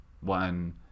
one